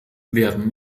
werden